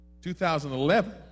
2011